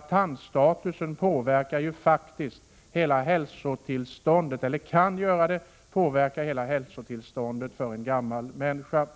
Tandstatusen kan faktiskt påverka hela hälsotillståndet för en gammal människa.